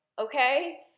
okay